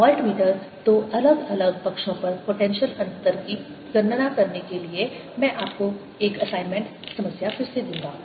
voltmeter दो अलग अलग पक्षों पर पोटेंशियल अंतर की गणना करने के लिए मैं आपको एक असाइनमेंट समस्या फिर से दूंगा